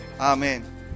Amen